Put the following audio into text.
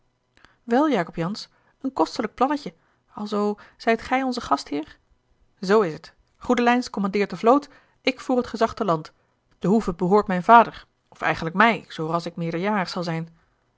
wel jacob jansz een kostelijk plannetje alzoo zijt gij onze gastheer zoo is t goedelijns commandeert de vloot ik voer het gezag te land de hoeve behoort mijn vader of eigenlijk mij zoo ras ik meerderjarig zal zijn